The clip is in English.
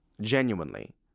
Genuinely